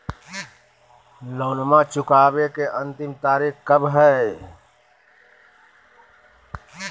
लोनमा चुकबे के अंतिम तारीख कब हय?